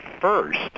first